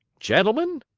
gentlemen,